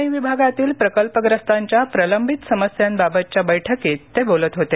पुणे विभागातील प्रकल्पग्रस्तांच्या प्रलंबित समस्यांबाबतच्या बैठकीत ते बोलत होते